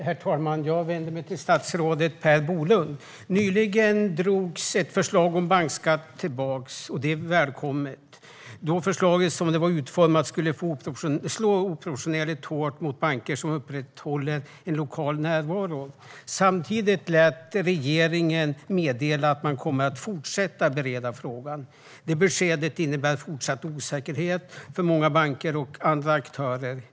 Herr talman! Jag vänder mig till statsrådet Per Bolund. Nyligen drogs ett förslag om bankskatt tillbaka. Det var välkommet, då förslaget som det var utformat skulle slå oproportionerligt hårt mot banker som upprätthåller en lokal närvaro. Samtidigt lät regeringen meddela att man kommer att fortsätta att bereda frågan. Det beskedet innebär fortsatt osäkerhet för många banker och andra aktörer.